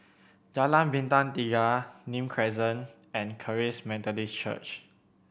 Jalan Bintang Tiga Nim Crescent and Charis Methodist Church